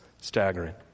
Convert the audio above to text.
staggering